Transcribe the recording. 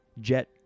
Jet